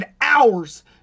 hours